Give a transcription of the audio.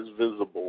visible